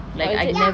or is it